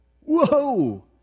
Whoa